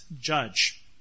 judge